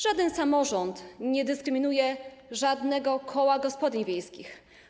Żaden samorząd nie dyskryminuje żadnego koła gospodyń wiejskich.